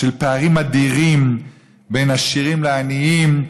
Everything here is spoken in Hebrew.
פערים אדירים בין עשירים לעניים,